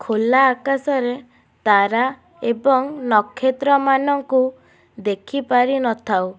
ଖୋଲା ଆକାଶରେ ତାରା ଏବଂ ନକ୍ଷତ୍ରମାନଙ୍କୁ ଦେଖିପାରିନଥାଉ